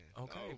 Okay